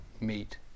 meet